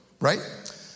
right